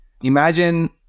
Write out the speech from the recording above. Imagine